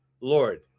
Lord